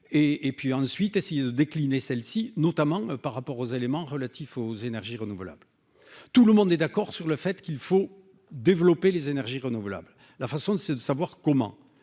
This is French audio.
et puis ensuite essayer de décliner celle-ci notamment par rapport aux éléments relatifs aux énergies renouvelables, tout le monde est d'accord sur le fait qu'il faut développer les énergies renouvelables, la façon de se de savoir comment